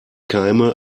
keime